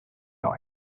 know